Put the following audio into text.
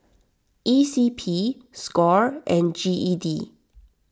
E C P Score and G E D